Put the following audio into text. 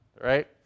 right